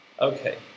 Okay